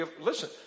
Listen